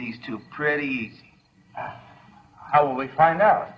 these two pretty i would find out